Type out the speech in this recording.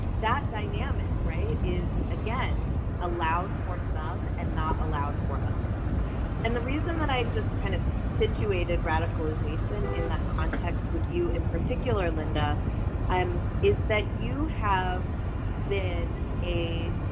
that dynamic right is again allowed for some and not allowed for others and the reason that i just kind of situated radicalization in that context with you in particular linda and um is that you have been a